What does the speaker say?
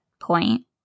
point